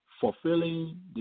fulfilling